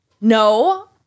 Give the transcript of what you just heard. No